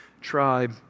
tribe